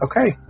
okay